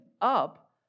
up